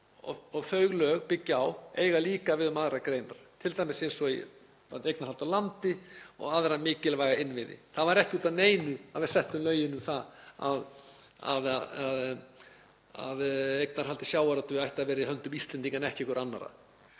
og þau lög byggjast á eiga líka við um aðrar greinar, eins og varðandi eignarhald á landi og aðra mikilvæga innviði. Það var ekki út af neinu að við settum lög um það að eignarhald í sjávarútvegi ætti að vera í höndum Íslendinga en ekki einhverra annarra.